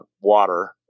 water